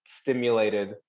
stimulated